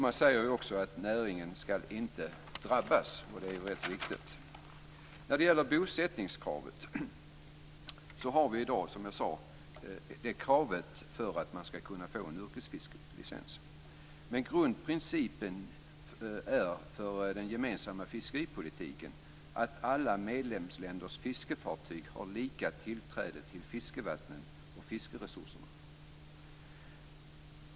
Man säger också att näringen inte skall drabbas, och det är rätt viktigt. Vi har i dag ett bosättningskrav för att man skall kunna få en yrkesfiskeslicens. Grundprincipen för den gemensamma fiskeripolitiken är att alla medlemsländers fiskefartyg har lika tillträde till fiskevattnen och fiskeresurserna.